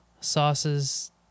Sauce's